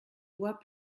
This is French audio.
voix